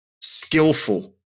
skillful